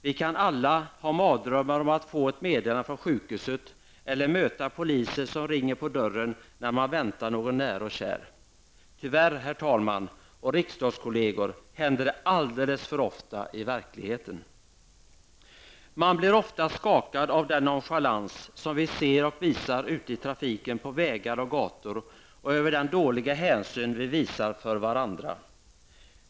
Vi kan alla ha mardrömmar om att få ett meddelande från sjukhuset eller möta poliser som ringer på dörren när man väntar på någon när och kär. Tyvärr, herr talman och riksdagskolleger, händer det alldeles för ofta i verkligheten. Man blir oftast skakad av den nonchalans som vi ser och visar ute i trafiken på vägar och på gator och över den dåliga hänsyn vi visar för varandra.